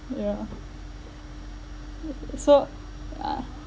yeah so uh